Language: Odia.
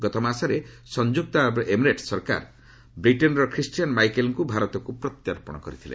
ଗତମାସରେ ସଂଯୁକ୍ତ ଆରବ ଏମିରେଟ୍ସ ସରକାର ବ୍ରିଟେନ୍ର ଖ୍ରୀଷ୍ଟିୟାନ୍ ମାଇକେଲ୍ଙ୍କୁ ଭାରତକୁ ପ୍ରତ୍ୟର୍ପଣ କରିଥିଲା